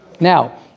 Now